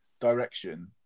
direction